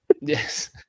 yes